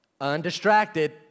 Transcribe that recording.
Undistracted